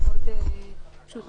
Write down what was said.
מקרים שאפשר